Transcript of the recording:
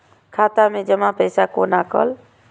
खाता मैं जमा पैसा कोना कल